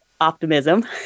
optimism